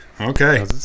okay